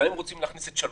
גם אם רוצים להכניס את (3),